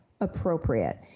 appropriate